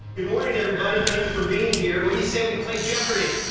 and morning everybody, thank you for being here what do you say we play jeopardy?